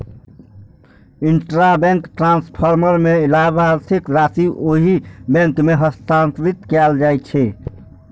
intrabank transfer मे लाभार्थीक राशि ओहि बैंक मे हस्तांतरित कैल जाइ छै